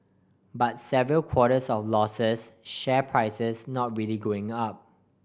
but several quarters of losses share prices not really going up